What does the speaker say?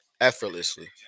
effortlessly